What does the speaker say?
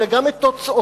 אלא גם את תוצאותיו,